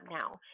now